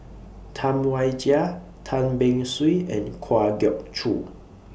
Tam Wai Jia Tan Beng Swee and Kwa Geok Choo